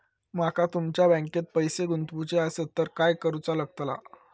माका तुमच्या बँकेत पैसे गुंतवूचे आसत तर काय कारुचा लगतला?